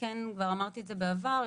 אמרתי בעבר,